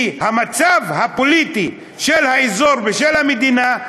כי במצב הפוליטי של האזור ושל המדינה,